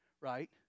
right